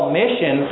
mission